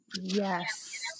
Yes